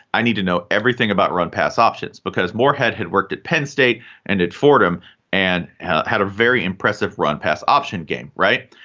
i need to know everything about run pass options because morehead had worked at penn state and at fordham and had a very impressive run pass option game. right.